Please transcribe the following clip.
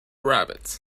rabbits